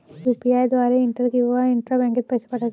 UPI द्वारे inter किंवा intra बँकेत पैसे पाठवता येते